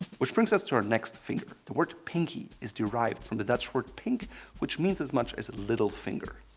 which brings us to our next finger. the word pinky is derived from the dutch word pink which means as much as little finger.